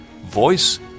voice